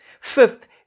Fifth